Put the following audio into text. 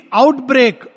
outbreak